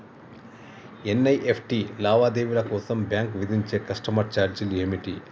NEFT లావాదేవీల కోసం bank విధించే కస్టమర్ ఛార్జీలు ఏమిటి?